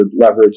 leverage